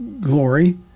glory